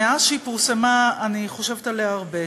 שמאז פורסמה אני חושבת עליה הרבה: